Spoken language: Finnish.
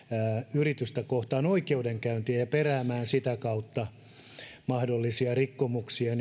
yritystä kohtaan oikeudenkäyntiä ja peräämään sitä kautta mahdollisia rikkomuksia